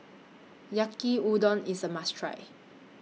Yaki Udon IS A must Try